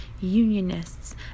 unionists